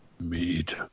Meat